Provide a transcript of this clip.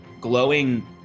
glowing